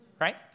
right